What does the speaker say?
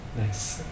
Nice